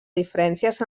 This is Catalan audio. diferències